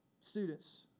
Students